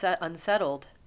unsettled